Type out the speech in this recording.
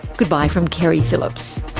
goodbye from keri phillips